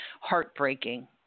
heartbreaking